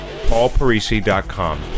paulparisi.com